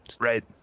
Right